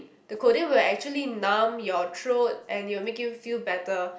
the codeine will actually numb your throat and it will make you feel better